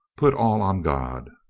put all on god.